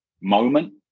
moment